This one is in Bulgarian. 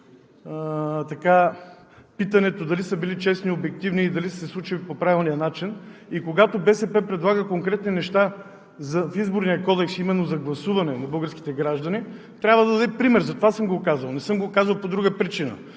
питането дали е бил честен и обективен и дали се е случил по правилния начин? Когато БСП предлага конкретни неща в Изборния кодекс – именно за гласуване на българските граждани, трябва да даде пример. Затова съм го казал – не съм го казал по друга причина.